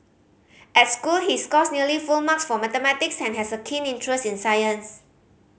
at school he scores nearly full marks for mathematics and has a keen interest in science